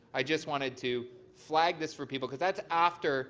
i just wanted to flag this for people, because that's after